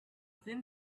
thin